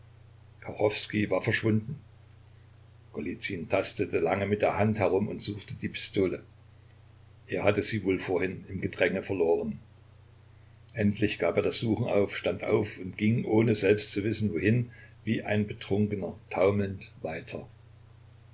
war verschwunden golizyn tastete lange mit der hand herum und suchte die pistole er hatte sie wohl vorhin im gedränge verloren endlich gab er das suchen auf stand auf und ging ohne selbst zu wissen wohin wie ein betrunkener taumelnd weiter